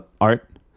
art